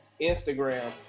Instagram